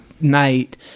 night